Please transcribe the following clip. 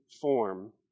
form